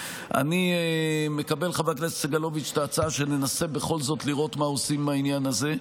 אני מקבל את ההצעה שננסה בכל זאת לראות מה עושים עם העניין הזה.